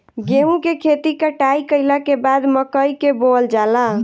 गेहूं के खेती कटाई कइला के बाद मकई के बोअल जाला